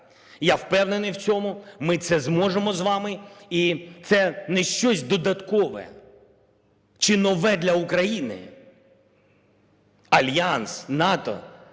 Я впевнений в цьому, ми це зможемо з вами, і це не щось додаткове чи нове для України. Альянс, НАТО